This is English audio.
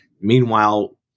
meanwhile